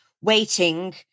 waiting